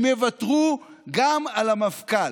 הם יוותרו גם על המפכ"ל?